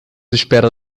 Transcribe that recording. espera